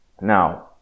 Now